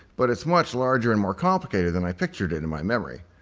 but it's much larger and more complicated than i pictured it in my memory.